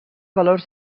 valors